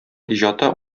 иҗаты